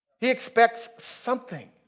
he expects something.